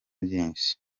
byinshi